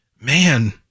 man